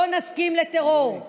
לא נסכים לטרור.